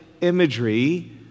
imagery